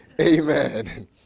amen